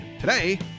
Today